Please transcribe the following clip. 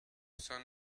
sun